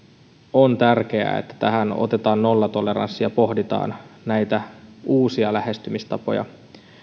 on tärkeää että tähän otetaan nollatoleranssi ja pohditaan näitä uusia lähestymistapoja